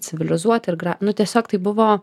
civilizuoti ir gra nu tiesiog tai buvo